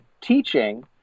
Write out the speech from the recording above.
teaching